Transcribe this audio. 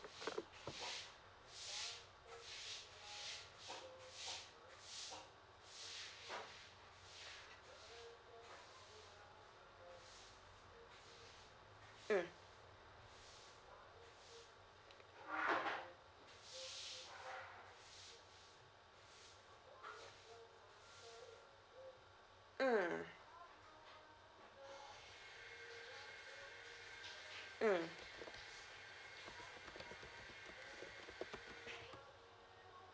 mm mm mm